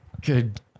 good